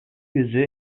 yüzü